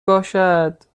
باشد